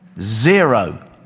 Zero